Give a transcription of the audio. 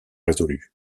résolu